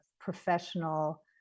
professional